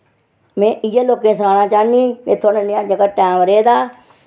में इयै लोकें सनाना चाहन्नीं कि थोह्ड़ा नेहा जेह्का टैम रेह्दा